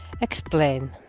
explain